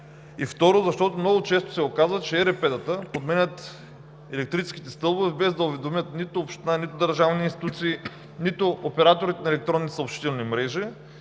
Второ, защото много често се оказва, че ЕРП-тата подменят електрическите стълбове без да уведомят нито община, нито държавни институции, нито операторите на електронни съобщителни мрежи